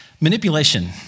Manipulation